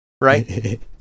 Right